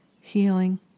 healing